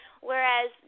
Whereas